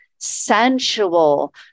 sensual